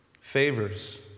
favors